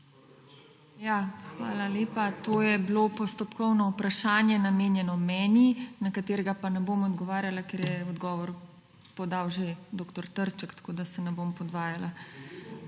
Hvala lepa. To je bilo postopkovno vprašanje, namenjeno meni, na katera pa ne bom odgovarjala, ker je odgovor podal že dr. Trček, tako da se ne bom podvajala.